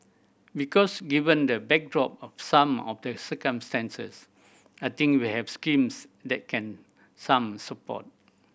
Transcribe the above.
because given the backdrop of some of the circumstances I think we have schemes that can some support